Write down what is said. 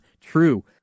true